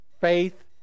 Faith